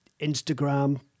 Instagram